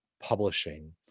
publishing